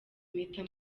impeta